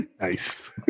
Nice